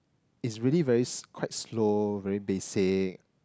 is really very s~ quite slow very basic